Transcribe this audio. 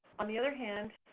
on the other hand,